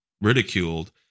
ridiculed